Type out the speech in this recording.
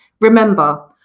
Remember